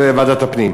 של ועדת הפנים.